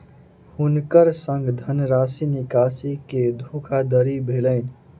हुनकर संग धनराशि निकासी के धोखादड़ी भेलैन